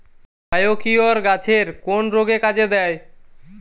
Biocure গাছের কোন রোগে কাজেদেয়?